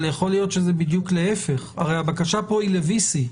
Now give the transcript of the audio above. הרי הכול תלוי ברצון של האסיר והסנגור.